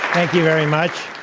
thank you very much.